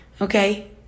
okay